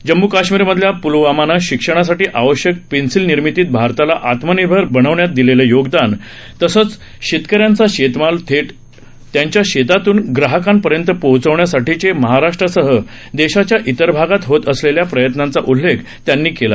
जम्म् काश्मीरमधल्या पुलवामानं शिक्षणासाठी आवश्यक पेन्सिल निर्मितीत भारताला आत्मनिर्भर बनवण्यात दिलेलं योगदान तसंच शेतकऱ्यांच्या शेतमाल थेट त्यांच्या शेतातून ग्राहकांपर्यंत पोचवण्यासाठीचे महाराष्ट्रासह देशाच्या इतर भागात होत असलेल्या प्रयत्नांचा उल्लेख त्यांनी केला